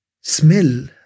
smell